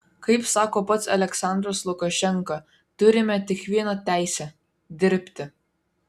kaip sako pats aliaksandras lukašenka turime tik vieną teisę dirbti